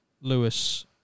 Lewis